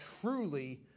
truly